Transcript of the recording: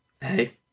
hey